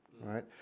right